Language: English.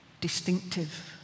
distinctive